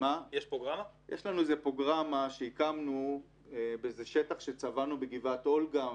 יש לנו פרוגרמה שהקמנו בשטח שצבאנו בגבעת אולגה,